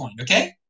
okay